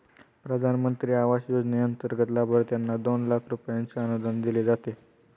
प्रधानमंत्री आवास योजनेंतर्गत लाभार्थ्यांना दोन लाख रुपयांचे अनुदान दिले जाते